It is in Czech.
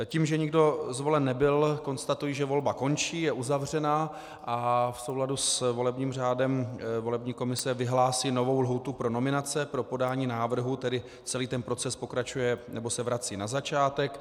Tím, že nikdo zvolen nebyl, konstatuji, že volba končí, je uzavřena a v souladu s volebním řádem volební komise vyhlásí novou lhůtu pro nominace, pro podání návrhů, tedy celý ten proces pokračuje... nebo se vrací na začátek.